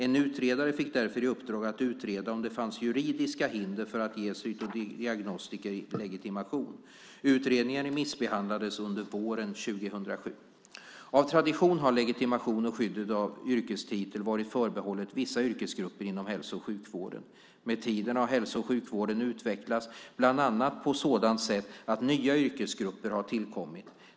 En utredare fick därför i uppdrag att utreda om det fanns juridiska hinder för att ge cytodiagnostiker legitimation. Utredningen remissbehandlades under våren 2007. Av tradition har legitimation och skyddet av yrkestitel varit förbehållna vissa yrkesgrupper inom hälso och sjukvården. Med tiden har hälso och sjukvården utvecklats bland annat på ett sådant sätt att nya yrkesgrupper har tillkommit.